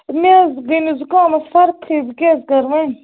مےٚ حظ گٔے نہٕ زُکامَس فرقٕے بہٕ کیٛاہ حظ کرٕ وۅنۍ